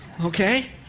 Okay